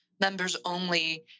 members-only